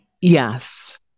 Yes